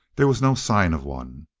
there was no sign of one.